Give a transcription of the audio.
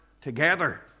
together